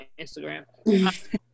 Instagram